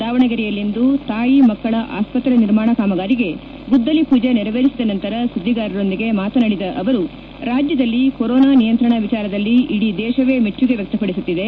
ದಾವಣಗೆರೆಯಲ್ಲಿಂದು ತಾಯಿ ಮಕ್ಕಳ ಆಸ್ತ್ರೆ ನಿರ್ಮಾಣ ಕಾಮಗಾರಿಗೆ ಗುದ್ದಲಿ ಪೂಜೆ ನೆರವೇರಿಸಿದ ನಂತರ ಸುದ್ದಿಗಾರರೊಂದಿಗೆ ಮಾತನಾಡಿದ ಅವರು ರಾಜ್ಯದಲ್ಲಿ ಕೊರೊನಾ ನಿಯಂತ್ರಣ ವಿಚಾರದಲ್ಲಿ ಇಡೀ ದೇಶವೇ ಮೆಚ್ಚುಗೆ ವ್ಯಕ್ತಪಡಿಸುತ್ತಿದೆ